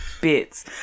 bits